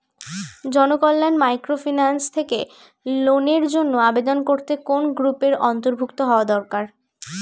Janakalyan microfinance থেকে লোনের জন্য আবেদন করতে কোন গ্রুপের অন্তর্ভুক্ত হওয়া দরকার?